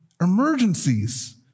emergencies